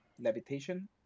Levitation